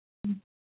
હમ